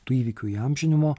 tų įvykių įamžinimo